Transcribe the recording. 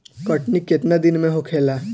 कटनी केतना दिन में होखेला?